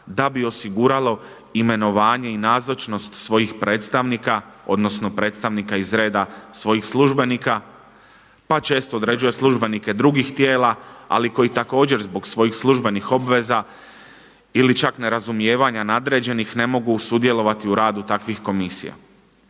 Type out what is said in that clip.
da bi osiguralo imenovanje i nazočnost svojih predstavnika, odnosno predstavnika iz reda svojih službenika, pa često određuje službenike drugih tijela ali koji također zbog svojih službenih obveza ili čak nerazumijevanja nadređenih ne mogu sudjelovati u radu takvih komisija.